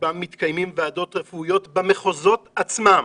וברובם מתקיימות ועדות רפואיות במחוזות עצמם